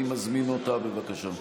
אני מזמין אותה, בבקשה.